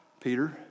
Peter